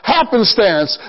Happenstance